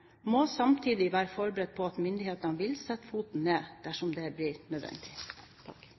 må samtidig være forberedt på at myndighetene vil sette foten ned dersom det blir nødvendig.